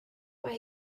mae